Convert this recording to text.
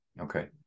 Okay